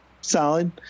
Solid